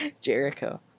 Jericho